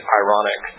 ironic